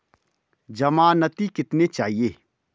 ज़मानती कितने चाहिये?